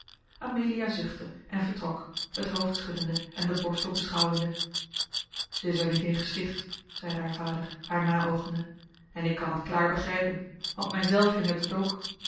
amelia zuchtte en vertrok het hoofd schuddende en den borstel beschouwende zij is er niet in gesticht zeide haar vader haar naoogende en ik kan het klaar begrijpen want mijzelf hindert het ook